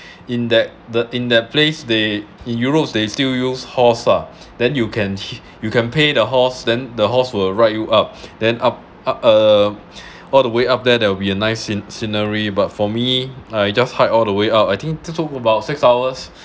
in that the in that place they in europe they still use horse ah then you can you can pay the horse then the horse will ride you up then up uh all the way up there there will be a nice sce~ scenery but for me I just hike all the way up I think took about six hours